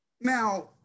Now